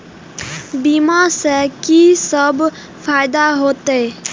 बीमा से की सब फायदा होते?